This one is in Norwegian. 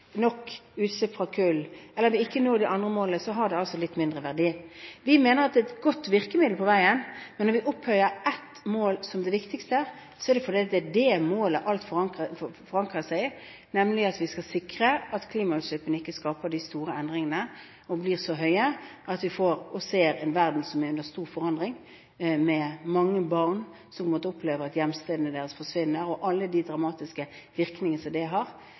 nok utslipp fra kull, eller vi ikke når de andre målene, har det litt mindre verdi. Vi mener at det er et godt virkemiddel på veien, men når vi opphøyer ett mål som det viktigste, er det fordi det er det målet som alt er forankret i, nemlig at vi skal sikre at klimautslippene ikke skaper de store endringene og blir så høye at vi får, og ser, en verden som er under stor forandring, med mange barn som må oppleve at hjemstedene deres forsvinner, og alle de dramatiske virkningene som det har.